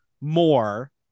more